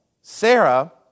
Sarah